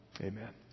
Amen